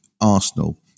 Arsenal